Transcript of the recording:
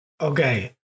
Okay